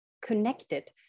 connected